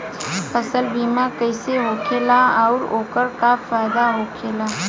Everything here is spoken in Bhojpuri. फसल बीमा कइसे होखेला आऊर ओकर का फाइदा होखेला?